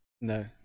no